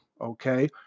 Okay